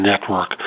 network